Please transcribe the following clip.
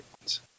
ones